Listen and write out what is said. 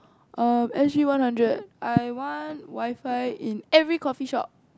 um S G one hundred I want WiFi in every coffee shop